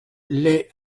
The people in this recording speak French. lès